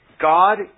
God